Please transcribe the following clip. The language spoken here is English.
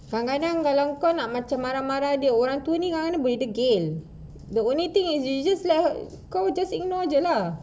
kadang-kadang kalau kau nak macam marah-marah dia orang tua kadang-kadang boleh degil the only thing is you just let her call just ignore jer lah